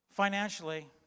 Financially